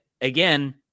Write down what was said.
again